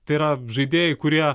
tai yra žaidėjai kurie